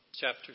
chapter